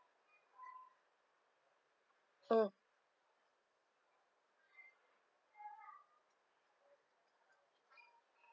mm